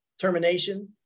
termination